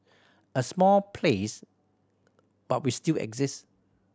a small place but we still exist